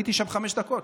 הייתי שם חמש דקות,